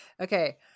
okay